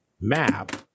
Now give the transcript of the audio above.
map